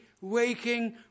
waking